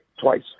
Twice